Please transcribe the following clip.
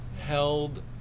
held